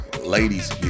ladies